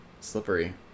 Slippery